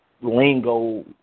lingo